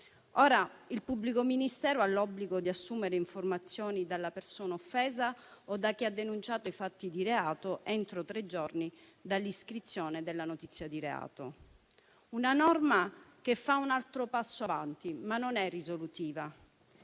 Il pubblico ministero ha ora l'obbligo di assumere informazioni dalla persona offesa o da chi ha denunciato i fatti di reato entro tre giorni dall'iscrizione della notizia di reato. Si tratta di una norma che fa un altro passo avanti, ma non è risolutiva.